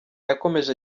yakomeje